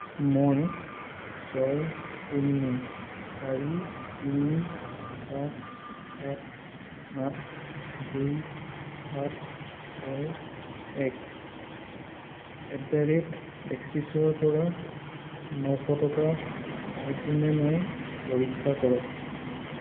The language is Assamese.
মই ছয় শূন্য চাৰি তিনি পাঁচ সাত আঠ দুই সাত ছয় এক এট দ্য ৰেট এক্সিছৰ পৰা নশ টকা পাইছো নে নাই পৰীক্ষা কৰক